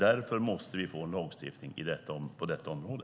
Därför måste vi få en lagstiftning på detta område.